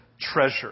treasure